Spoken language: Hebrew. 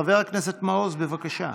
חבר הכנסת מעוז, בבקשה.